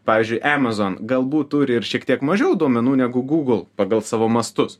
pavyzdžiui emazon galbūt turi ir šiek tiek mažiau duomenų negu gūgl pagal savo mastus